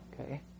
okay